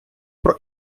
про